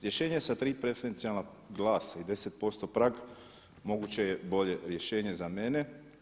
Rješenje sa tri preferencijalna glasa i 10% prag moguće je bolje rješenje za mene.